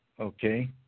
okay